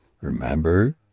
remember